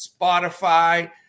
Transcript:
Spotify